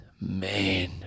Man